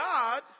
God